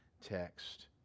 text